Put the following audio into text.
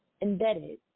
embedded